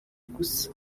gusa